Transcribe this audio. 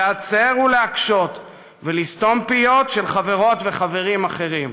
להצר ולהקשות ולסתום פיות של חברות וחברים אחרים.